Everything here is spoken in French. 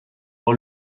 voir